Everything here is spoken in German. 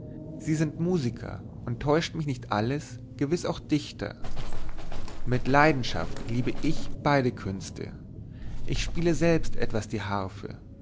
sie sind musiker und täuscht mich nicht alles gewiß auch dichter mit leidenschaft liebe ich beide künste ich spiele selbst etwas die harfe